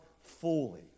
fully